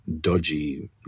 dodgy